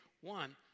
One